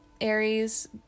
Aries